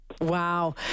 Wow